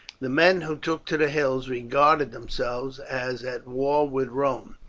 the men who took to the hills regarded themselves as at war with rome.